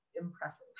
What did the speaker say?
impressive